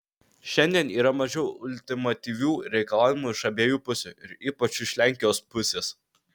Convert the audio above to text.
šiandien yra mažiau ultimatyvių reikalavimų iš abiejų pusių ir ypač iš lenkijos pusės